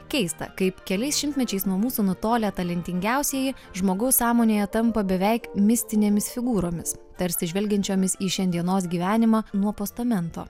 keista kaip keliais šimtmečiais nuo mūsų nutolę talentingiausieji žmogaus sąmonėje tampa beveik mistinėmis figūromis tarsi žvelgiančiomis į šiandienos gyvenimą nuo postamento